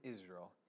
Israel